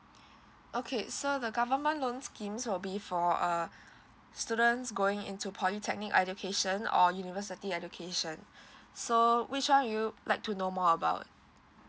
okay so the government loan schemes will be for uh students going into polytechnic education or university education so which one you like to know more about